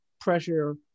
pressure